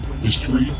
history